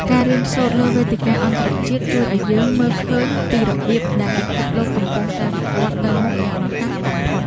ការរៀនសូត្រលើវេទិកាអន្តរជាតិជួយឱ្យយើងមើលឃើញពីរបៀបដែលពិភពលោកកំពុងតែវិវត្តន៍ទៅមុខយ៉ាងរហ័សបំផុត។